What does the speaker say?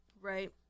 right